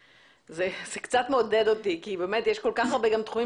זה קצת מעודד אותי כי באמת יש כל כך הרבה תחומים